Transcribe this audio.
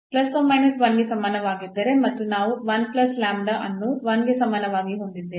ಆದ್ದರಿಂದ ಎಂಬುದು ಗೆ ಸಮಾನವಾಗಿದ್ದರೆ ಮತ್ತು ನಾವು ಅನ್ನು 1 ಗೆ ಸಮಾನವಾಗಿ ಹೊಂದಿದ್ದೇವೆ